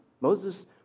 Moses